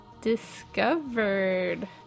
discovered